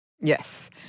Yes